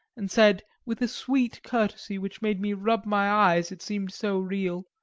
and said, with a sweet courtesy which made me rub my eyes, it seemed so real